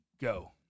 Go